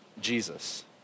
Jesus